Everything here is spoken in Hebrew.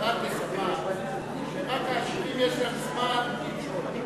סוקרטס אמר שרק העשירים יש להם זמן למשול.